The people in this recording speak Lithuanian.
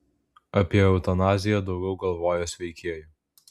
apie eutanaziją daugiau galvoja sveikieji